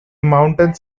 mountains